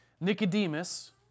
Nicodemus